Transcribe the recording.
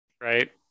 right